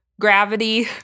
gravity